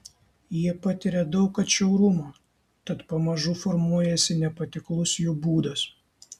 jie patiria daug atšiaurumo tad pamažu formuojasi nepatiklus jų būdas